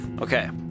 Okay